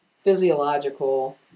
physiological